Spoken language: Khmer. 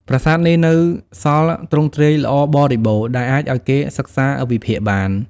ប្រាសាទនេះនៅសល់ទ្រង់ទ្រាយល្អបរិបូរ ដែលអាចឱ្យគេសិក្សាវិភាគបាន។